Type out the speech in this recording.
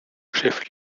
chef